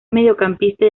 mediocampista